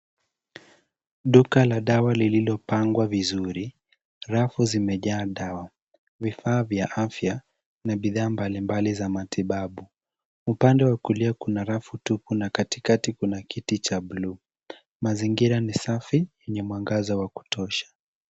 Duka la dawa lililopangwa vizuri. Rafu zimejaa dawa, vifaa vya afya na bidhaa mbalimbali za matibabu. Upande wa kulia kuna rafu tupu na katikati kuna kiti cha buluu. Mazingira ni safi yenye mwangaza wa kutosha.